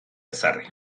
ezarri